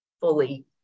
fully